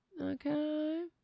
Okay